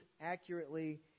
accurately